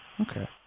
Okay